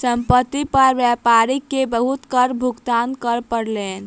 संपत्ति पर व्यापारी के बहुत कर भुगतान करअ पड़लैन